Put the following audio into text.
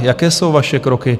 Jaké jsou vaše kroky?